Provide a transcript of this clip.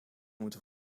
moeten